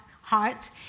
heart